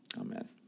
Amen